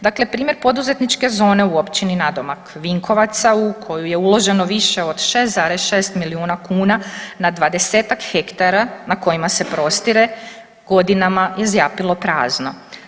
Dakle, primjer poduzetničke zone u općini nadomak Vinkovaca u koju je uloženo više od 6,6 milijuna kuna na 20-tak hektara na kojima se prostire godinama je zjapilo prazno.